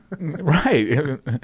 right